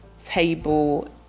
table